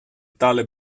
tale